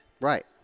right